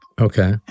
Okay